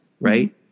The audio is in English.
right